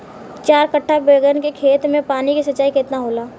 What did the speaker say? चार कट्ठा बैंगन के खेत में पानी के सिंचाई केतना होला?